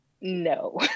no